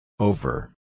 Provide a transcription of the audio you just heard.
Over